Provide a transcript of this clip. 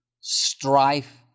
strife